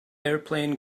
airplane